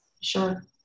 sure